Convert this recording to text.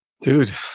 Dude